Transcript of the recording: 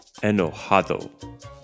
Enojado